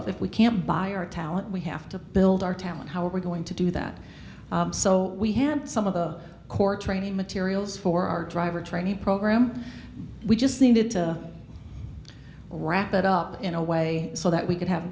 of if we can't buy our talent we have to build our talent how are we going to do that so we had some of the core training materials for our driver training program we just needed to wrap it up in a way so that we could have